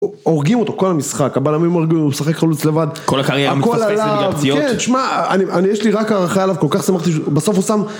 הורגים אותו כל המשחק הבלמים הורגים אותו הוא משחק חלוץ לבד הכל עליו יש לי רק הערכה אליו כל כך שמחתי שבסוף הוא שם